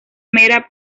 mera